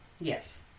Yes